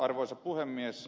arvoisa puhemies